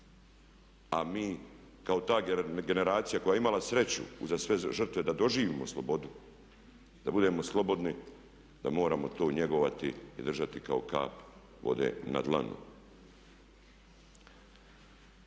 a mi kao ta generacija koja je imala sreću uza sve žrtve da doživimo slobodu, da budemo slobodni da moramo to njegovati i držati kao kap vode na dlanu.